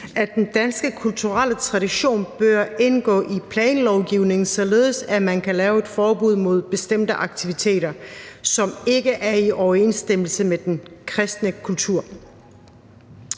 at den danske kulturelle tradition bør indgå i planlovgivningen, således at man kan lave et forbud mod bestemte aktiviteter, som ikke er i overensstemmelse med den kristne kultur.